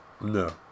No